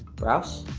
brouse,